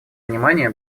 внимание